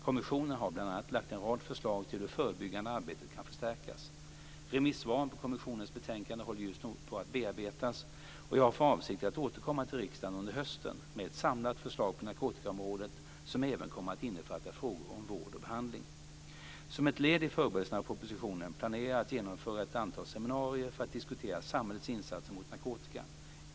Kommissionen har bl.a. lagt fram en rad förslag till hur det förebyggande arbetet kan förstärkas. Remissvaren på kommissionens betänkande håller just nu på att bearbetas och jag har för avsikt att återkomma till riksdagen under hösten med ett samlat förslag på narkotikaområdet som även kommer att innefatta frågor om vård och behandling. Som ett led i förberedelserna av propositionen planerar jag att genomföra ett antal seminarier för att diskutera samhällets insatser mot narkotikan.